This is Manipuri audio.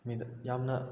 ꯃꯤꯗꯣ ꯌꯥꯝꯅ